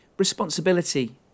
responsibility